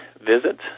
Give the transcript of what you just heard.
visits